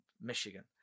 Michigan